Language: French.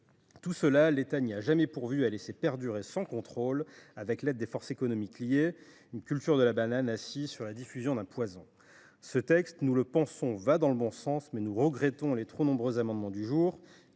Tout cela, l’État n’y a jamais pourvu ; il a plutôt laissé perdurer sans contrôle, avec l’aide des forces économiques qui lui sont liées, une culture de la banane assise sur la diffusion d’un poison. Ce texte va selon nous dans le bon sens, mais nous regrettons les trop nombreux amendements dévoilés